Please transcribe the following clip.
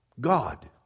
God